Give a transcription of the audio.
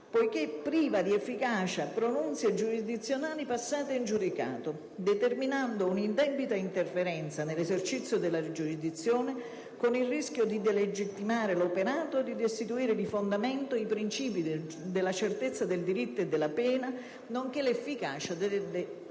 poiché priva di efficacia pronunce giurisdizionali passate in giudicato, determinando un'indebita interferenza nell'esercizio della giurisdizione, con il rischio di delegittimarne l'operato della magistratura e di destituire di fondamento i principi della certezza dei diritto e della pena, nonché l'efficacia delle